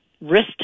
risk